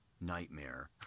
nightmare